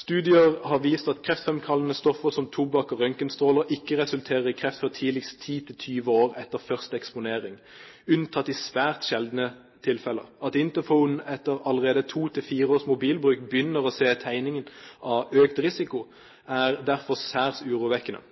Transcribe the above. Studier har vist at kreftframkallende stoffer som tobakk og røntgenstråler ikke resulterer i kreft før tidligst 10–20 år etter første eksponering, unntatt i svært sjeldne tilfeller. At Interphone allerede etter to–fire års mobilbruk begynner å se tegningen av økt risiko, er derfor særs urovekkende.